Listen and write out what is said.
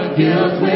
guilt